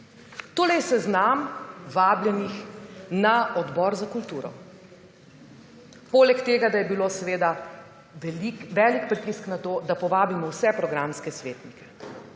Tole je seznam vabljenih na Odbor za kulturo. Poleg tega da je bil seveda velik pritisk na to, da povabimo vse programske svetnike.